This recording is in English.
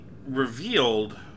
Revealed